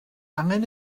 angen